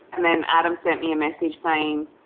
and then adam sent me a message saying,